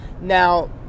Now